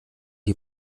die